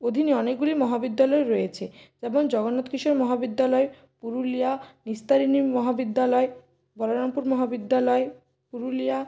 অধীনে অনেকগুলি মহাবিদ্যালয় রয়েছে যেমন জগন্নাথ কিশোর মহাবিদ্যালয় পুরুলিয়া নিস্তারিণী মহাবিদ্যালয় বলরামপুর মহাবিদ্যালয় পুরুলিয়া